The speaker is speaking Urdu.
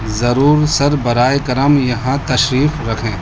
ضرور سر برائے کرم یہاں تشریف رکھیں